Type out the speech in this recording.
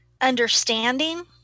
Understanding